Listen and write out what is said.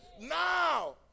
now